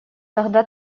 тогда